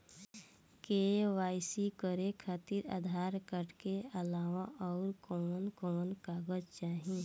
KYC करे खातिर Aadhaar card के अलावा आउरकवन कवन कागज चाहीं?